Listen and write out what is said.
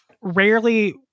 rarely